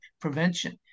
prevention